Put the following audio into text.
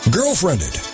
Girlfriended